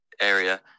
area